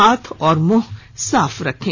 हाथ और मुंह साफ रखें